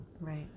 Right